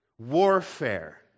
warfare